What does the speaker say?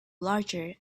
larger